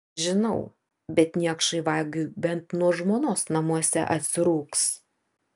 žinau bet niekšui vagiui bent nuo žmonos namuose atsirūgs